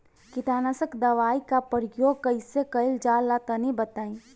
कीटनाशक दवाओं का प्रयोग कईसे कइल जा ला तनि बताई?